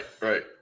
right